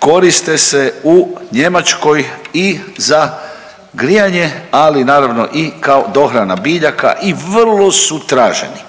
koriste se u Njemačkoj i za grijanje, ali naravno i kao dohrana biljaka i vrlo su traženi.